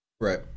Right